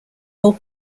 more